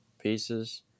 pieces